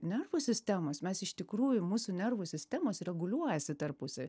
nervų sistemos mes iš tikrųjų mūsų nervų sistemos reguliuojasi tarpusavy